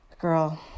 Girl